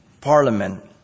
Parliament